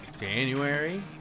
January